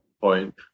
point